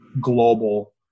global